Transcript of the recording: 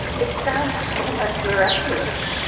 it sounds almost miraculous.